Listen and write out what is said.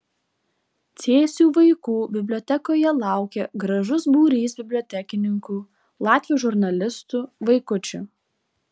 cėsių vaikų bibliotekoje laukė gražus būrys bibliotekininkų latvių žurnalistų vaikučių